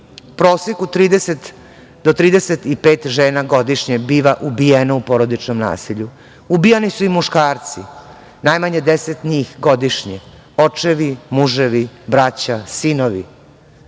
proseku 30 do 35 žena godišnje biva ubijeno u porodičnom nasilju. Ubijani su i muškarci najmanje 10 njih godišnje, očevi, muževi, braća, sinovi. Dakle,